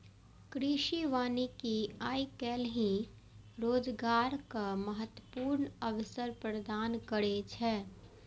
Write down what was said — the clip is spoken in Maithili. कृषि वानिकी आइ काल्हि रोजगारक महत्वपूर्ण अवसर प्रदान करै छै